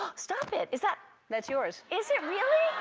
um stop it. is that? that's yours. is it really?